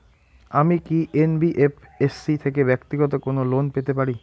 আমি কি এন.বি.এফ.এস.সি থেকে ব্যাক্তিগত কোনো লোন পেতে পারি?